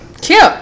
Cute